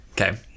Okay